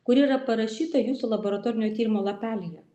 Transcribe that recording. kuri yra parašyta jūsų laboratorinio tyrimo lapelyje